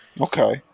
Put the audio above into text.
Okay